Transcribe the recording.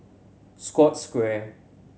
Scotts Square